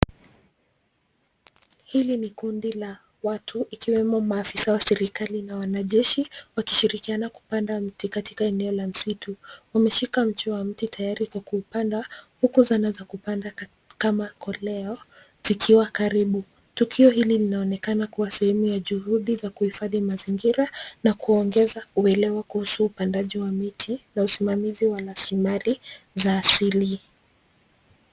Hili ni kundi la watu ikiwemo maafisa was serikali na wanajeshi wakishirikiana kupanda mti katika eneo la msitu. Umeshika mchi was mti tayari kwa kupandwa huku zana za kupanda kama koleo zikiwa karibu. Tukio hili linaonekana kuwa sehemu ya juhudi za kuhifadhi mazingira na kuongeza uelewa kuhusu upandaji was miti na usimamizi wa rasilimali za asili.